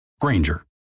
Granger